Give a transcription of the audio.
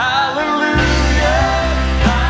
Hallelujah